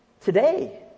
today